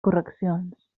correccions